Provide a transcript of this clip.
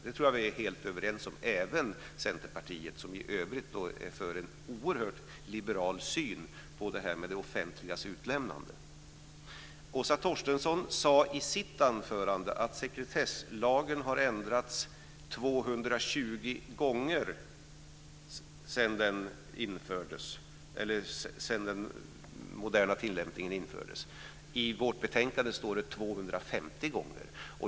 Det tror jag att vi är helt överens om, även med Centerpartiet som i övrigt är för en oerhört liberal syn på det offentligas utlämnande. Åsa Torstensson sade i sitt anförande att sekretesslagen har ändrats 220 gånger sedan den moderna tillämpningen infördes. I vårt betänkande står det 250 gånger.